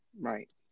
Right